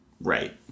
right